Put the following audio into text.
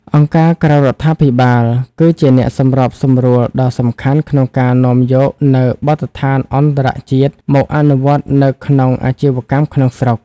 អង្គការក្រៅរដ្ឋាភិបាលគឺជាអ្នកសម្របសម្រួលដ៏សំខាន់ក្នុងការនាំយកនូវ "បទដ្ឋានអន្តរជាតិ" មកអនុវត្តនៅក្នុងអាជីវកម្មក្នុងស្រុក។